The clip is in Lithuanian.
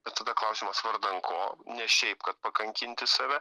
bet tada klausimas vardan ko ne šiaip kad pakankinti save